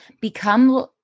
become